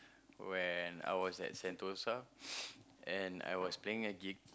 when I was at Sentosa and I was playing a gig